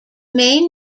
main